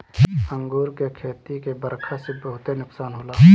अंगूर के खेती के बरखा से बहुते नुकसान होला